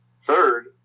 Third